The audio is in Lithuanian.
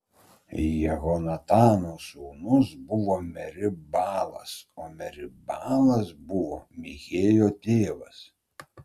jehonatano sūnus buvo merib baalas o merib baalas buvo michėjo tėvas